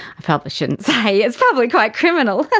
i probably shouldn't say, it's probably quite criminal!